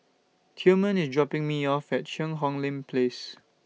Tilman IS dropping Me off At Cheang Hong Lim Place